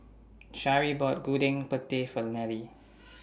Sharee bought Gudeg Putih For Nelle